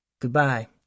Goodbye